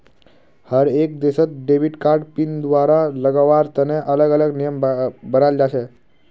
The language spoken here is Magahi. हर एक देशत डेबिट कार्ड पिन दुबारा लगावार तने अलग अलग नियम बनाल जा छे